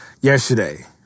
yesterday